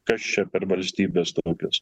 kas čia per valstybės tokios